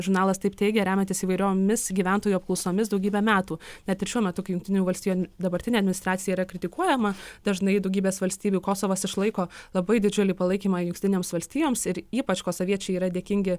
žurnalas taip teigia remiantis įvairiomis gyventojų apklausomis daugybę metų net ir šiuo metu kai jungtinių valstijų dabartinė administracija yra kritikuojama dažnai daugybės valstybių kosovas išlaiko labai didžiulį palaikymą jungtinėms valstijoms ir ypač kosoviečiai yra dėkingi